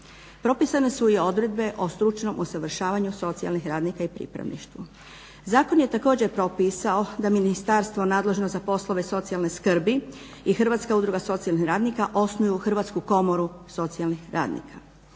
Propisane su i odredbe o stručnom usavršavanju socijalnih radnika i pripravništvo. Zakon je također propisao da ministarstvo nadležno za poslove socijalne skrbi i Hrvatska udruga socijalnih radnika osnuju Hrvatsku komoru socijalnih radnika.